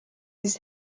his